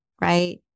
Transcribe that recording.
right